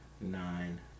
nine